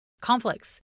conflicts